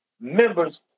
members